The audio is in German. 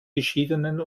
geschiedenen